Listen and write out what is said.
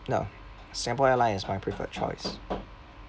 no singapore airline is my preferred choice